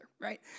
right